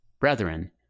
brethren